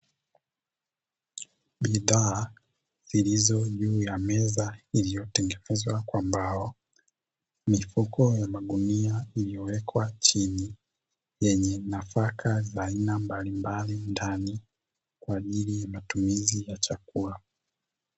Taa zilizo juu ya meza zilizotengenezwa kwa mbao, mifuko ya magunia iliyowekwa chini, yenye nafaka za aina mbalimbali ndani kwa ajili ya matumizi ya chakula.